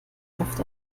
oft